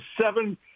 seven